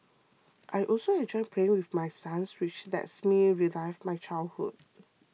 I also enjoy playing with my sons which lets me relive my childhood